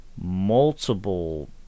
multiple